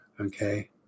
Okay